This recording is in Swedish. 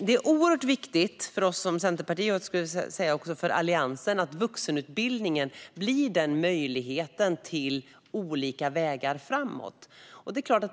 För Centerpartiet och Alliansen är det oerhört viktigt att vuxenutbildningen blir en möjlighet till olika vägar framåt.